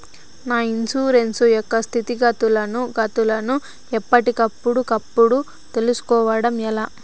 నా ఇన్సూరెన్సు యొక్క స్థితిగతులను గతులను ఎప్పటికప్పుడు కప్పుడు తెలుస్కోవడం ఎలా?